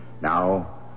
Now